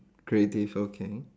creative okay